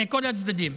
מכל הצדדים,